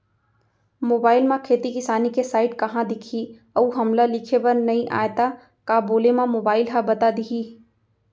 Mobile म खेती किसानी के साइट कहाँ दिखही अऊ हमला लिखेबर नई आय त का बोले म मोबाइल ह बता दिही?